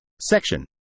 Section